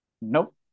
Nope